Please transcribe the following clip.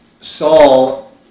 Saul